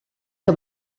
que